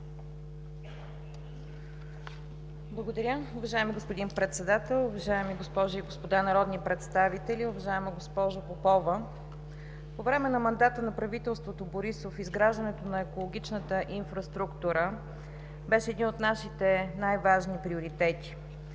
Благодаря, уважаеми господин Председател. Уважаеми госпожи и господа народни представители, уважаема госпожо Попова! По време на мандата на правителството Борисов изграждането на екологичната инфраструктура беше един от нашите най-важни приоритети.